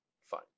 Fine